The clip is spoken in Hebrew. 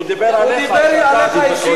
הוא דיבר עליך, הוא דיבר עליך אישית.